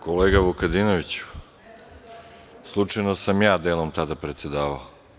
Kolega Vukadinoviću, slučajno sam ja delom tada predsedavao.